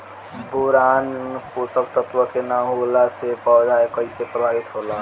Boron पोषक तत्व के न होला से पौधा कईसे प्रभावित होला?